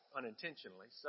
unintentionally